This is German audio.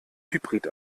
hybrid